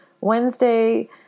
Wednesday